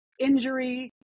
injury